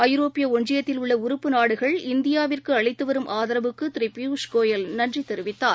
ஐரோப்பியஒன்றியத்தில் உள்ளஉறுப்பு நாடுகள் இந்தியாவிற்குஅளித்துவரும் ஆதரவுக்குதிருபியூஷ் கோயல் நன்றிதெரிவித்தார்